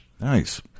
Nice